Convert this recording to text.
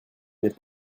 mais